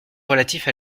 relatif